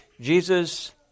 Jesus